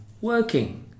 working